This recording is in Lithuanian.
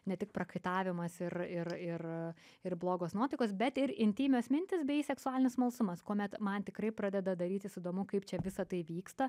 ne tik prakaitavimas ir ir ir ir blogos nuotaikos bet ir intymios mintys bei seksualinis smalsumas kuomet man tikrai pradeda darytis įdomu kaip čia visa tai vyksta